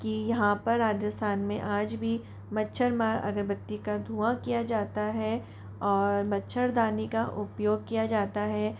कि यहाँ पर राजस्थान में आज भी मच्छर मार अगरबत्ती का धुआँ किया जाता है और मच्छरदानी का उपयोग किया जाता है